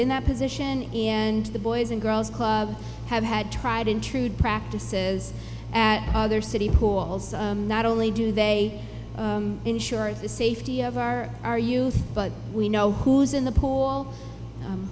in that position and the boys and girls club have had tried and true practices at other city pools not only do they ensure the safety of our our youth but we know who's in the pool